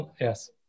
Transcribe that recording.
Yes